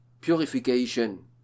Purification